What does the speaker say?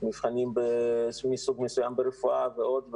מבחנים מסוג מסוים ברפואה ועוד,